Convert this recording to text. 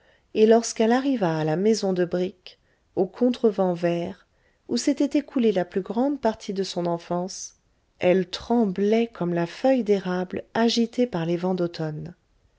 et lorsqu'elle arriva à la maison de briques aux contrevents verts où s'était écoulée la plus grande partie de son enfance elle tremblait comme la feuille d'érable agitée par les vents d'automne